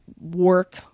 work